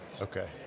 Okay